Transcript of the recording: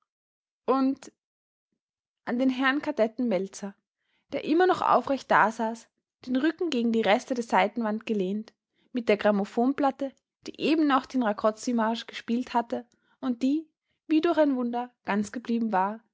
und an den herrn kadetten meltzar der immer noch aufrecht dasaß den rücken gegen die reste der seitenwand gelehnt mit der grammophonplatte die eben noch den rakoczymarsch gespielt hatte und die wie durch ein wunder ganz geblieben war